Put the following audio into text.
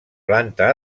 planta